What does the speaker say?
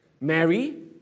Mary